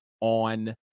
on